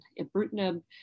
Ibrutinib